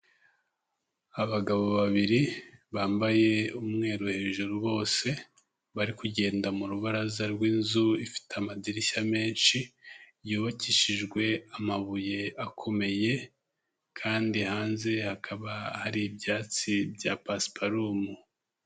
Abagabo babiri bambaye umweru hejuru bose, bari kugenda mu rubaraza ry'inzu ifite amadirishya menshi, yubakishijwe amabuye akomeye, kandi hanze hakaba hari ibyatsi bya pasiparumu.